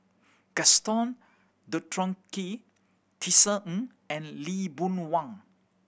Gaston Dutronquoy Tisa Ng and Lee Boon Wang